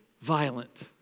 violent